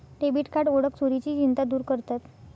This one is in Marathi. डेबिट कार्ड ओळख चोरीची चिंता दूर करतात